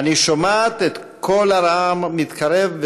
"אני שומעת את קול הרעם מתקרב,